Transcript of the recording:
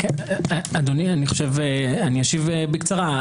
אשיב בקצרה.